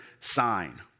sign